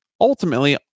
ultimately